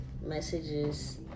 messages